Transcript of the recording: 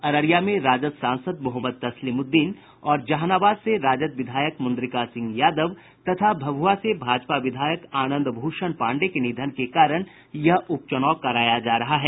अररिया में राजद सांसद मोहम्मद तस्लीमुद्दीन और जहानाबाद से राजद विधायक मुंद्रिका सिंह यादव तथा भभुआ से भाजपा विधायक आनंद भूषण पांडे के निधन के कारण यह उपचुनाव कराया जा रहा है